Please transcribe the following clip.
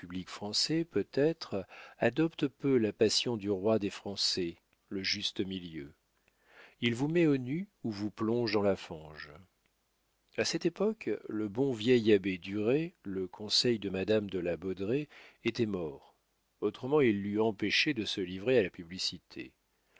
français peut-être adopte peu la passion du roi des français le juste-milieu il vous met aux nues ou vous plonge dans la fange a cette époque le bon vieil abbé duret le conseil de madame de la baudraye était mort autrement il l'eût empêchée de se livrer à la publicité